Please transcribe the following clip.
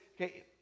okay